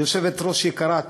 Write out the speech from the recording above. יושבת-ראש יקרה, את